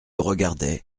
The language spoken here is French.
regardait